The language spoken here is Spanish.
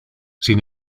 sin